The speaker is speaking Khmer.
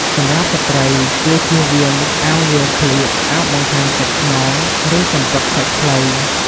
សម្រាប់ស្ត្រី គួរជៀសវាងអាវវាលក្លៀក អាវបង្ហាញសាច់ខ្នង ឬសំពត់ខើចខ្លី។